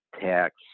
tax